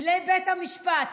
לבית המשפט.